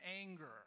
anger